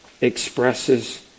expresses